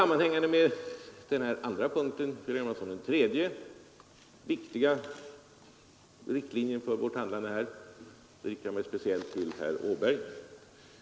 Med denna andra punkt sammanhänger delvis den tredje viktiga riktlinjen för vårt handlande, och här riktar jag mig speciellt till herr Åberg.